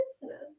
business